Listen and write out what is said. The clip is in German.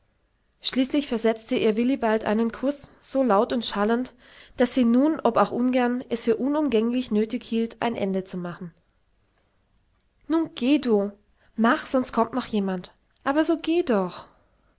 schließlich versetzte ihr willibald einen kuß so laut und schallend daß sie nun ob auch ungern es für unumgänglich nötig hielt ein ende zu machen nu geh du mach sonst kommt noch jemand aber so geh doch